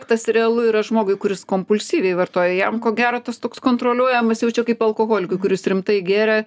tas realu yra žmogui kuris kompulsyviai vartoja jam ko gero tas toks kontroliuojamas jau čia kaip alkoholikui kuris rimtai gėrė